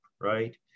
right